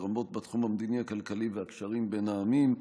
לרבות בתחומים המדיני והכלכלי והקשרים בין העמים.